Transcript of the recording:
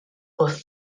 wrth